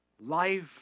life